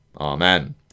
Amen